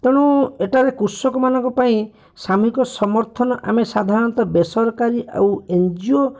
ତେଣୁ ଏହିଟାରେ କୃଷକମାନଙ୍କ ପାଇଁ ସାମୁହିକ ସମର୍ଥନ ଆମେ ସାଧାରଣତଃ ବେସରକାରୀ ଆଉ ଏନଜିଓ